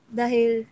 dahil